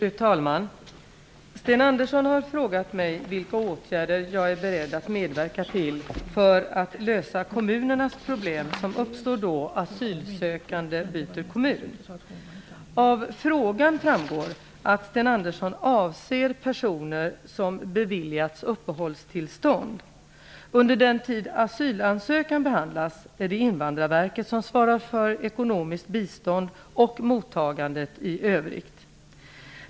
Fru talman! Sten Andersson har frågat mig vilka åtgärder jag är beredd att medverka till för att lösa kommunernas problem som uppstår då asylsökande byter kommun. Av frågan framgår att Sten Andersson avser personer som beviljats uppehållstillstånd. Under den tid asylansökan behandlas är det Invandrarverket som svarar för ekonomiskt bistånd och mottagandet i övrigt.